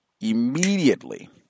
immediately